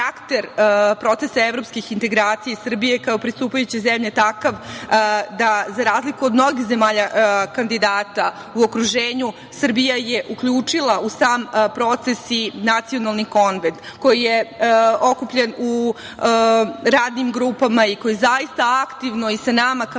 procesa evropskih integracija Srbije kao pristupajuće zemlje takav da za razliku od mnogih zemalja kandidata u okruženju, Srbija je uključila u sam proces i Nacionalni konvent koji je okupljen u radnim grupama i koji zaista aktivno i sa nama kao